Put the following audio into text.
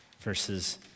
verses